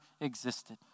existed